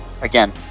again